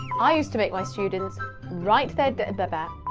i used to make my students write their da ba ba.